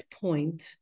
point